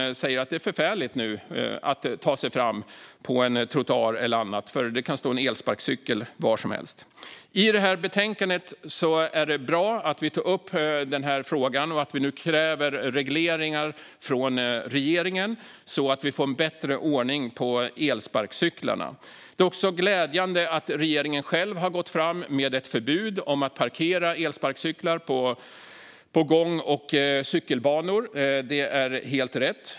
De säger att det nu är förfärligt att ta sig fram på en trottoar eller annat då det kan stå en elsparkcykel var som helst. Det är bra att vi tar upp frågan i detta betänkande och att vi nu kräver regleringar från regeringen, så att det kan bli en bättre ordning för elsparkcyklarna. Det är också glädjande att regeringen själv har gått fram med ett förbud mot att parkera elsparkcyklar på gång och cykelbanor. Det är helt rätt.